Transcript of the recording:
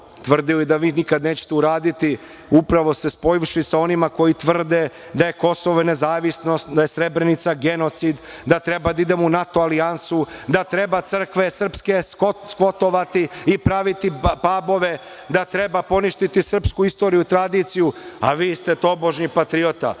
tvrdili da vi nikada nećete uraditi, upravo spojivši se sa onima koji tvrde da je Kosovo nezavisno, da je Srebrenica genocid, da treba da idemo u NATO alijansu, da treba crkve srpske skvotovati i praviti pabove, da treba poništiti srpsku istoriju i tradiciju, a vi ste tobožni patriota. Videli